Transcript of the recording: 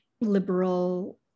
liberal